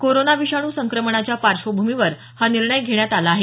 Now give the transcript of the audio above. corona विषाणू संक्रमणाच्या पार्श्वभूमीवर हा निर्णय घेण्यात आला आहे